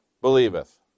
believeth